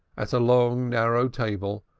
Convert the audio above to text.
at a long narrow table,